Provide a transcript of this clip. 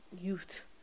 youth